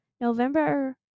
November